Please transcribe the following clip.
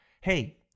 Hey